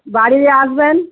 বাড়ি আসবেন